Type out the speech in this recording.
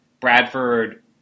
Bradford